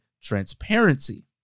transparency